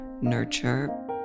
nurture